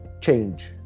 change